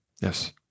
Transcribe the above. Yes